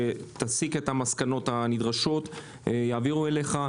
שתסיק את המסקנות הנדרשות שנעביר אליך,